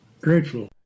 Grateful